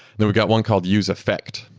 then we've got one called use effect.